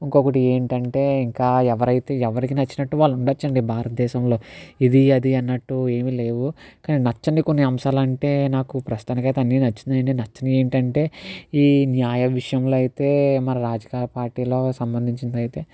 ఇంకొకటి ఏంటంటే ఇంకా ఎవరైతే ఎవరికి నచ్చినట్టు వాళ్ళు ఉండచ్చు అండి భారతదేశంలో ఇది అది అన్నట్టు ఏమీ లేవు కానీ నచ్చని కొన్ని అంశాలు అంటే నాకు ప్రస్తుతానికి అయితే అన్నీ నచ్చినాయి నచ్చనవి ఏంటంటే ఈ న్యాయం విషయంలో అయితే మన రాజకీయ పార్టీలో సంబంధించింది అయితే